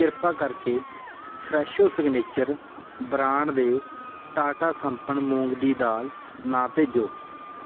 ਕਿਰਪਾ ਕਰਕੇ Fresho signature brand ਦੇ ਟਾਟਾ ਸੰਪਨ ਮੂੰਗ ਦੀ ਦਾਲ ਨਾ ਭੇਜੋ